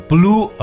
Blue